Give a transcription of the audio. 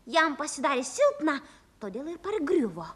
jam pasidarė silpna todėl ir pargriuvo